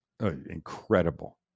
Incredible